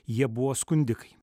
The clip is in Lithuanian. jie buvo skundikai